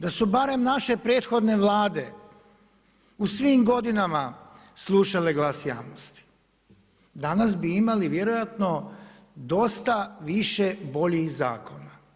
Da su barem naše prethodne Vlade u svim godinama slušale glas javnosti danas bi imali vjerojatno dosta više dosta više boljih zakona.